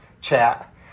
chat